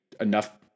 enough